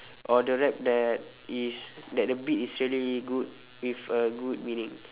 or the rap that is that the beat is really good with a good meaning